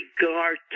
regard